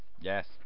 Yes